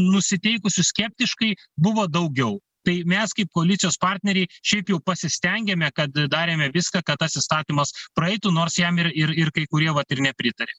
nusiteikusių skeptiškai buvo daugiau tai mes kaip koalicijos partneriai šiaip jau pasistengėme kad darėme viską kad tas įstatymas praeitų nors jam ir ir ir kai kurie vat ir nepritarė